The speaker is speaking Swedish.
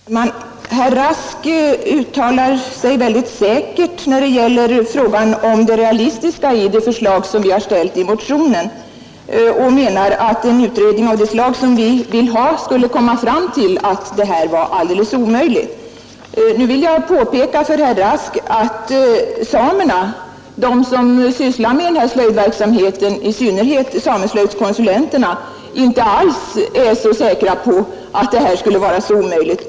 Herr talman! Herr Rask uttalar sig mycket säkert beträffande det realistiska i det förslag vi har ställt i motionen och menar att en utredning av det slag som vi vill ha skulle komma fram till att det här är alldeles omöjligt. Nu vill jag påpeka för herr Rask att de samer som sysslar med denna slöjdverksamhet — i synnerhet sameslöjdskonsulenterna — inte är så säkra på att det skulle vara omöjligt.